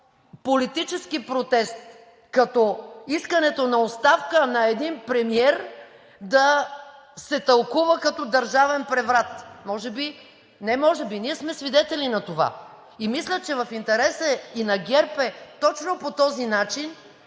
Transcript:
политически протест, като искането на оставка на един премиер да се тълкува като държавен преврат! Може би, не може би, ние сме свидетели на това и мисля, че в интерес и на ГЕРБ е точно по този начин